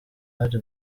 hari